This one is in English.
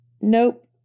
Nope